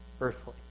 earthly